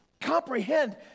comprehend